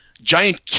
giant